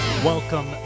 Welcome